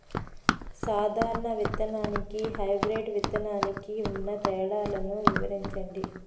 సాధారణ విత్తననికి, హైబ్రిడ్ విత్తనానికి ఉన్న తేడాలను వివరించండి?